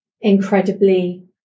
incredibly